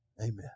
Amen